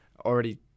already